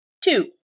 Two